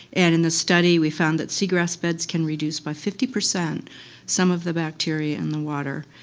and in the study we found that seagrass beds can reduce by fifty percent some of the bacteria in the water.